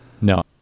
No